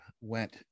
went